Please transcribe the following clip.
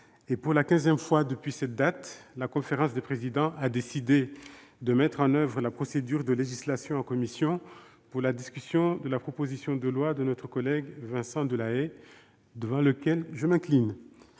pour la quinzième fois depuis cette date, la conférence des présidents a décidé de mettre en oeuvre la procédure de législation en commission pour la discussion de la proposition de loi de notre collègue Vincent Delahaye, devant lequel je m'incline.